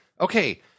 Okay